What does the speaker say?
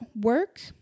work